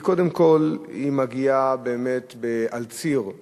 היא קודם כול מגיעה באמת על ציר,